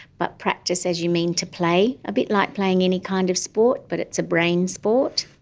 but practice as you mean to play, a bit like playing any kind of sport but it's a brain sport,